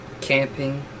camping